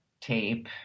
tape